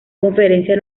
conferencia